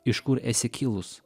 iš kur esi kilus